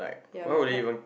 ya we hard